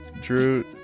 drew